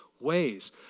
ways